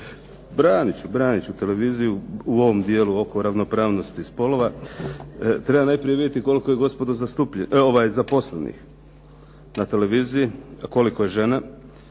Branit ću, branit ću televiziju u ovom dijelu oko ravnopravnosti spolova. Treba najprije vidjeti koliko je gospodo zaposlenih na televiziji, koliko je žena.